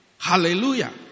Hallelujah